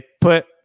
put